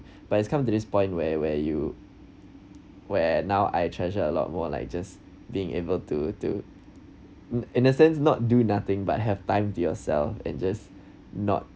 but it's come to this point where where you where now I treasure a lot more like just being able to to in in a sense not do nothing but have time to yourself and just not